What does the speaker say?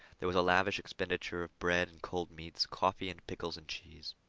there was a lavish expenditure of bread and cold meats, coffee, and pickles and cheese.